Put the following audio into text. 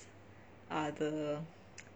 are the